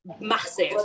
massive